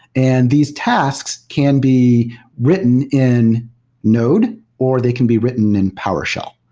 and these tasks can be written in node or they can be written in powershell.